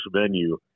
venue